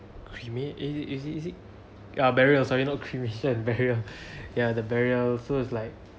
cremate is it is it is it ah burial sorry not cremation burial ya the burial so is like